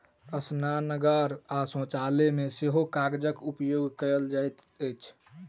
स्नानागार आ शौचालय मे सेहो कागजक उपयोग कयल जाइत अछि